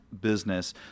business